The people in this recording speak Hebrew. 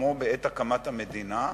כמו בעת הקמת המדינה,